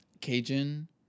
Cajun